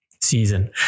season